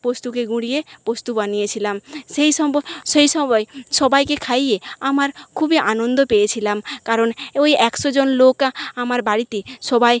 পোস্তকে গুঁড়িয়ে পোস্ত বানিয়েছিলাম সেই সম্ব সেই সময় সবাইকে খাইয়ে আমার খুবই আনন্দ পেয়েছিলাম কারণ ওই একশো জন লোক আমার বাড়িতে সবাই